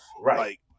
Right